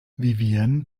vivien